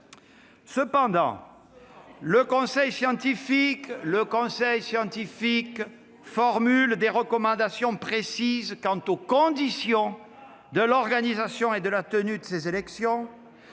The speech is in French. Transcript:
!... le conseil scientifique formule des recommandations précises quant aux conditions de l'organisation et de la tenue de ces élections,